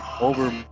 over